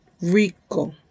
Rico